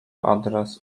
adres